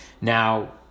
Now